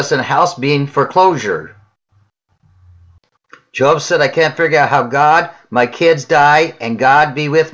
us in a house being for closure jobs that i can't figure out how god my kids die and god be with